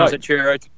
Cheers